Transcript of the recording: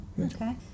Okay